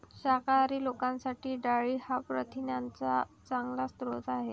शाकाहारी लोकांसाठी डाळी हा प्रथिनांचा चांगला स्रोत आहे